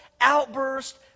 outburst